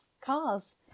cars